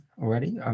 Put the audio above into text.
Already